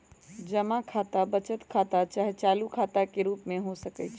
जमा खता बचत खता चाहे चालू खता के रूप में हो सकइ छै